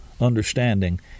understanding